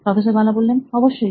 professor Bala অবশ্যই